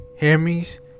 Hermes